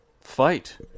fight